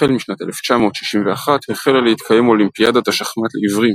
החל משנת 1961 החלה להתקיים אולימפיאדת השחמט לעיוורים